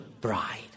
bride